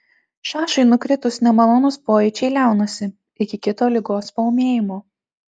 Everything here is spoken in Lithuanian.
šašui nukritus nemalonūs pojūčiai liaunasi iki kito ligos paūmėjimo